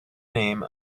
name